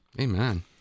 Amen